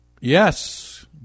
Yes